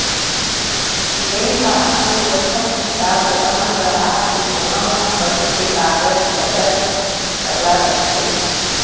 bank ह अपन सुरक्छा के हिसाब ले अपन गराहक के कोनो संपत्ति के कागज पतर ल रखथे